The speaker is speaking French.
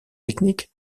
technique